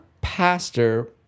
pastor